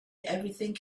everything